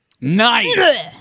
Nice